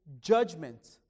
judgment